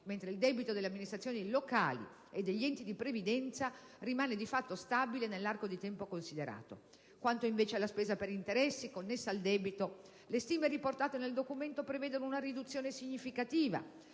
mentre il debito delle amministrazioni locali e degli enti di previdenza rimane di fatto stabile nell'arco di tempo considerato. Quanto invece alla spesa per interessi, connessa al debito, le stime riportate nel documento prevedono una riduzione significativa